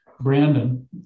Brandon